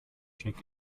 check